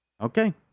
Okay